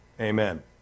amen